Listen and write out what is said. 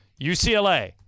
UCLA